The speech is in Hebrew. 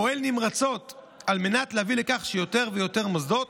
פועל נמרצות על מנת להביא לכך שיותר ויותר מוסדות